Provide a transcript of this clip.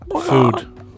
Food